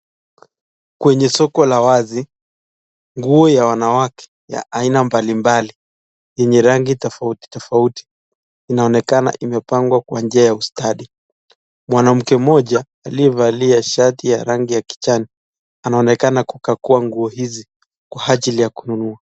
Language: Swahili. Kwenye soko la wazi, nguo ya wanawake ya aina mbalimbali yenye rangi tofauti tofauti inaonekana imepagwa kwa njia ya ustadi. mwanamke mmoja aliye valia shati ya rangi ya kijani, anaonekana kukagua nguo hizi kwa anjili ya kununua .